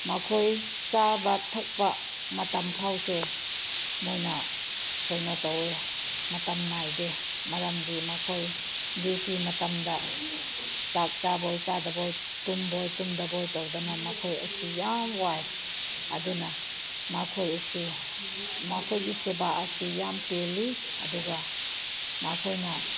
ꯃꯈꯣꯏ ꯆꯥꯕ ꯊꯛꯄ ꯃꯇꯝ ꯐꯥꯎꯁꯦ ꯃꯣꯏꯅ ꯀꯩꯅꯣ ꯇꯧꯋꯦ ꯃꯇꯝ ꯅꯥꯏꯗꯦ ꯃꯔꯝꯗꯤ ꯃꯈꯣꯏ ꯗ꯭ꯌꯨꯇꯤ ꯃꯇꯝꯗ ꯆꯥꯛ ꯆꯥꯕꯣꯏ ꯆꯥꯗꯕꯣꯏ ꯇꯨꯝꯕꯣꯏ ꯇꯨꯝꯗꯕꯣꯏ ꯇꯧꯗꯅ ꯃꯈꯣꯏ ꯑꯁꯤ ꯌꯥꯝ ꯋꯥꯏ ꯑꯗꯨꯅ ꯃꯈꯣꯏ ꯑꯁꯤ ꯃꯈꯣꯏꯒꯤ ꯁꯦꯕꯥ ꯑꯁꯤ ꯌꯥꯝ ꯄꯦꯜꯂꯤ ꯑꯗꯨꯒ ꯃꯈꯣꯏꯅ